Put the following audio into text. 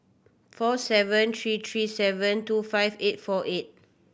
four seven three three seven two five eight four eight